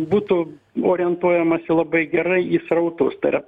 būtų orientuojamasi labai gerai į srautus tai yra